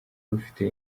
rufite